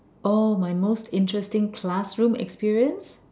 oh my most interesting classroom experience